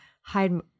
hide